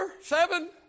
seven